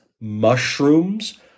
mushrooms